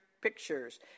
pictures